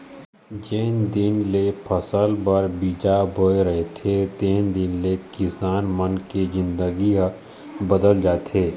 जेन दिन ले फसल बर बीजा बोय रहिथे तेन दिन ले किसान मन के जिनगी ह बदल जाथे